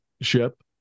ship